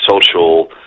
social